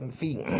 feet